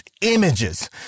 images